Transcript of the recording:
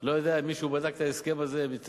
אני לא יודע אם מישהו בדק את ההסכם הזה.